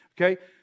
Okay